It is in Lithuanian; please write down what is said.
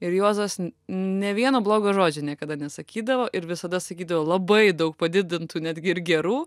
ir juozas ne vieno blogo žodžio niekada nesakydavo ir visada sakydavo labai daug padidintų netgi ir gerų